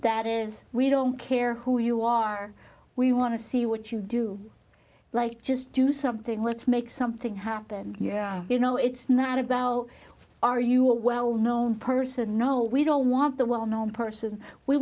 that is we don't care who you are we want to see what you do like just do something let's make something happen yeah you know it's not about are you a well known person oh we don't want the well known person we